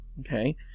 okay